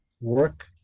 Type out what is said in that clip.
work